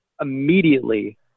immediately